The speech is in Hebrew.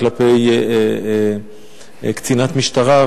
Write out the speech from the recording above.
כלפי קצינת משטרה,